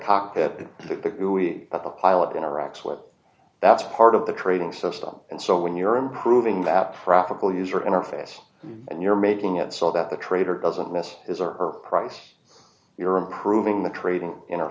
cockpit at the pilot interacts with that's part of the trading system and so when you're improving that practical user interface and you're making it so that the trader doesn't miss his or her price you're improving the trading in